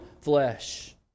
flesh